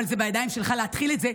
אבל זה בידיים שלך להתחיל את זה,